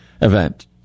event